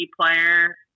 player